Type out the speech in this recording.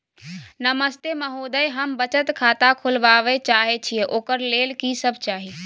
नमस्ते महोदय, हम बचत खाता खोलवाबै चाहे छिये, ओकर लेल की सब चाही?